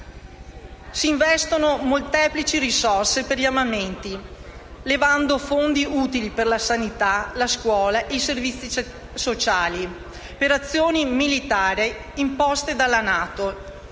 Si investono molteplici risorse per gli armamenti, levando fondi utili per sanità, scuola e servizi sociali, per azioni militari imposte dalla NATO, e